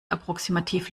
approximativ